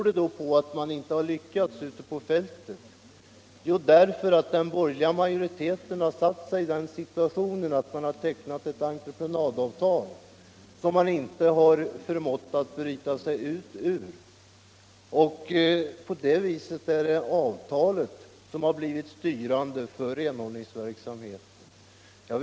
Det beror på att den borgerliga majoriteten har tecknat ett entreprenadavtal, som man inte förmått bryta sig ur. På det sättet har detta avtal blivit styrande för renhållningsverksamheten.